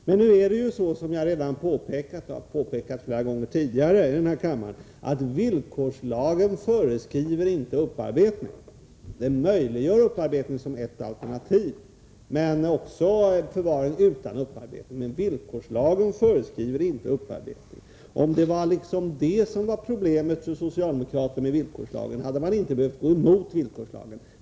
Men som jag redan har påpekat flera gånger tidigare i denna kammare föreskriver villkorslagen inte upparbetning. Den möjliggör upparbetning såsom ett alternativ men också förvaring utan upparbetning. Om detta var problemet med villkorslagen för socialdemokraterna, hade de inte behövt gå emot villkorslagen.